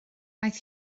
aeth